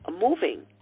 moving